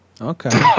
Okay